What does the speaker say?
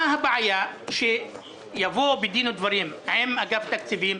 מה הבעיה שיבואו בדין ודברים עם אגף התקציבים,